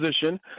position